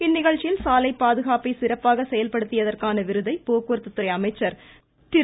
இந்நிகழ்ச்சியில் சாலை பாதுகாப்பை சிறப்பாக செயல்படுத்தியதற்கான மாநில விருதை போக்குவரத்துத்துறை அமைச்சர் திரு